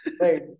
Right